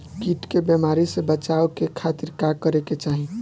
कीट के बीमारी से बचाव के खातिर का करे के चाही?